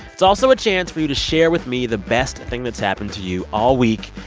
it's also a chance for you to share with me the best thing that's happened to you all week.